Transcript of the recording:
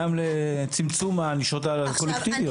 גם לצמצום הענישות הקולקטיביות.